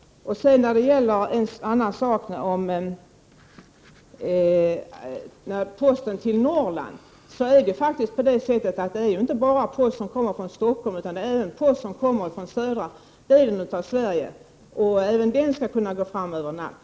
I fråga om posten till Norrland gäller det inte bara post som kommer från Stockholm utan även post som kommer från södra delen av Sverige. Även den skall kunna gå fram över natt.